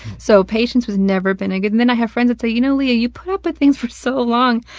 so patience has never been a good and then i have friends that say, you know, lia, you put up with things for so long,